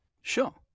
sure